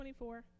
24